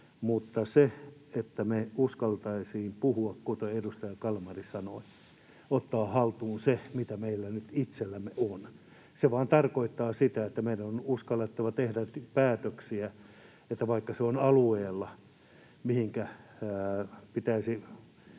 mutta kunpa me uskaltaisimme puhua, kuten edustaja Kalmari sanoi, että ottaisimme haltuun sen, mitä meillä itsellämme nyt on. Se vain tarkoittaa sitä, että meidän on uskallettava tehdä päätöksiä. Vaikka se on alueella, mihinkä pitäisi